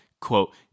quote